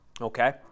Okay